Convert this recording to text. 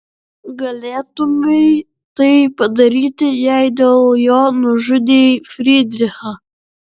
galėtumei tai padaryti jei dėl jo nužudei frydrichą